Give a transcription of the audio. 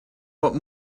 what